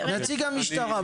נציג המשטרה,